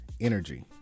Energy